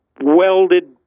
welded